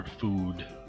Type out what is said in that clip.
food